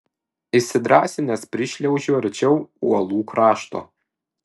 įsidrąsinęs prišliaužiu arčiau uolų krašto